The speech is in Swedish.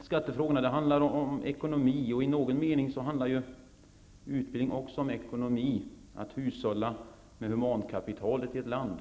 Skattefrågorna handlar om ekonomi. I någon mening handlar utbildning också om ekonomi, att hushålla med humankapitalet i ett land.